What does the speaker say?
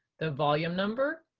the volume number,